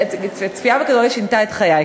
מעשנים, חשבתי שהצפייה בכדורגל שינתה את חייך.